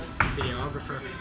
videographer